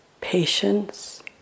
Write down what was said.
patience